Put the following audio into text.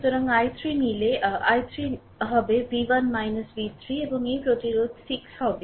সুতরাং i3 নিলে i3 i3 হবে v1 v3 এবং এই প্রতিরোধ 6 হবে